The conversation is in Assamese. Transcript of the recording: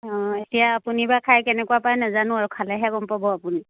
অঁ এতিয়া আপুনিবা খাই কেনেকুৱা পাই নাজানো আৰু খালেহে গম পাব আপুনি